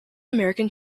american